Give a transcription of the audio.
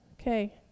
Okay